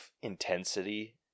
intensity